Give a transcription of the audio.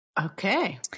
Okay